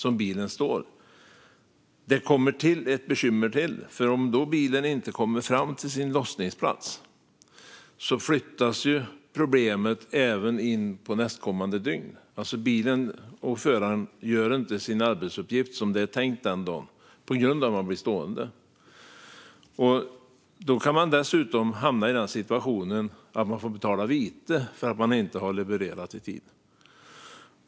Och det tillkommer ett bekymmer, för om bilen inte kommer fram till sin lossningsplats flyttas problemet in på nästkommande dygn. Bilen och föraren blir stående och gör alltså inte sin arbetsuppgift som det är tänkt den dagen, och då kan åkeriet hamna i situationen att man får betala vite för att man inte har levererat i tid.